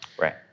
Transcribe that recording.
Right